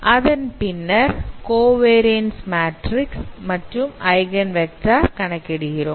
அதன் பின்னர் covariance matrix மற்றும் ஐகன் வெக்டார் கணக்கிடுகிறோம்